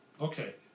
Okay